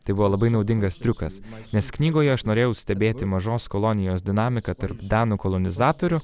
tai buvo labai naudingas triukas nes knygoje aš norėjau stebėti mažos kolonijos dinamiką tarp danų kolonizatorių